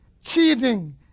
cheating